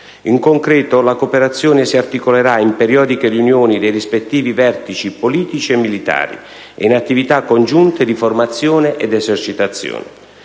In concreto, la cooperazione si articolerà in periodiche riunioni dei rispettivi vertici politici e militari e in attività congiunte di formazione ed esercitazione.